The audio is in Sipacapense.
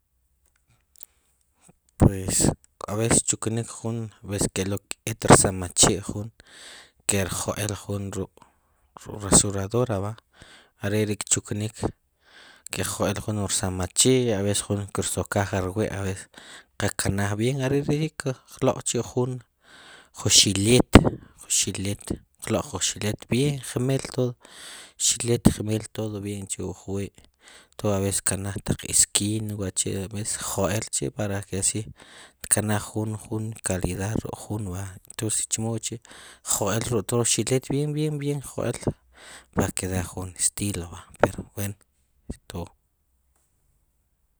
Pues aves kchuknik jun aves kelul et rsamachi jun ke'rjoel jun ruk rasurador va are ri kchuknik ke rjoel jun wu rsamachi aves jun kersokaj rwi aves qa kanaj vien are ril ri qloq chi jun xilet ju xilet qloq ju xilet vien qmel tod xilet qmel tod tod vienkchi wu qwi koves kkanaj taq eskin wachi qjoel chi para ke asi tkanaj jun jun kalid ruk'jun va chimo chi qjoel chi ruk'xilet vien vien qjoel va kedar wen estil va pero wen estod